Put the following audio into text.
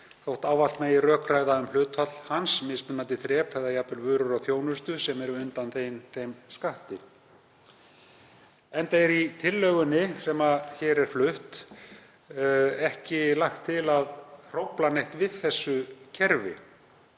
þótt ávallt megi rökræða um hlutfall hans, mismunandi þrep eða jafnvel vörur og þjónustu sem er undanþegin þeim skatti, enda er í tillögunni sem hér er flutt ekki lagt til að hrófla neitt við þessu kerfi.